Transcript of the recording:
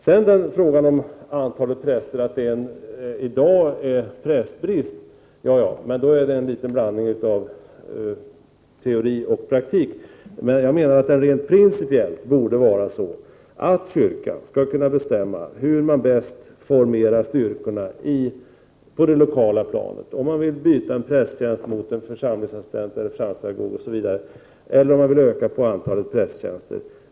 Det statsrådet säger om antalet präster och dagens prästbrist är en blandning av teori och praktik. Jag menar att kyrkan rent principiellt skall kunna bestämma hur den bäst skall formera styrkorna på det lokala planet, om den vill byta en prästtjänst mot en församlingsassistent eller en församlingspedagog eller om den vill öka antalet prästtjänster.